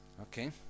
Okay